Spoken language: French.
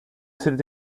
cet